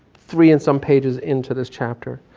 three and some pages into this chapter.